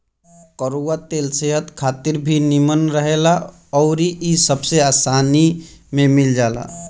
कड़ुआ तेल सेहत खातिर भी निमन रहेला अउरी इ सबसे आसानी में मिल जाला